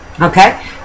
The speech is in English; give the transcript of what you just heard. okay